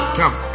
come